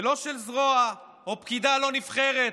לא של זרוע או פקידה לא נבחרת.